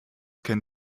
can